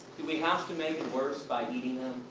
do we have to make it worse by eating them?